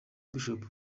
bishop